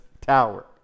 tower